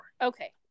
Okay